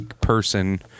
person